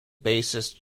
bassist